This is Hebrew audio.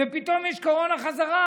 ופתאום יש קורונה חזרה.